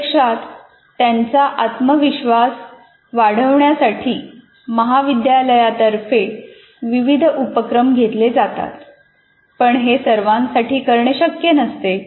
प्रत्यक्षात त्यांचा आत्मविश्वास वाढवण्यासाठी महाविद्यालयातर्फे विविध उपक्रम घेतले जातात पण हे सर्वांसाठी करणे शक्य नसते